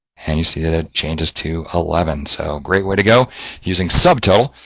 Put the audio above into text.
and you see that it changes to eleven. so, great way to go using subtotal,